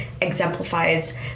exemplifies